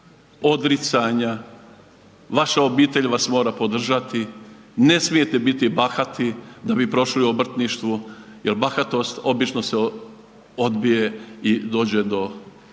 odricanja, vaša obitelj vas mora podržati, ne smijete biti bahati da bi prošli obrtništvo jer bahatost obično se odbije i dođe do